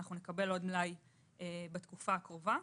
אלא נקבל עוד מלאי בתקופה הקרובה.